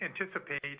anticipate